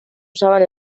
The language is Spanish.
usaban